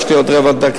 יש לי עוד רבע דקה.